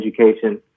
education